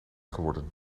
geworden